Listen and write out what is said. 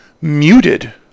muted